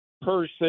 person